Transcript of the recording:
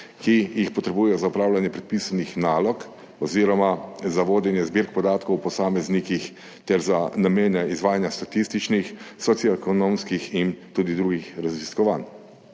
ki jih potrebujejo za opravljanje predpisanih nalog oziroma za vodenje zbirk podatkov o posameznikih ter za namene izvajanja statističnih, socioekonomskih in tudi drugih raziskovanj.